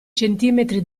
centimetri